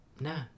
No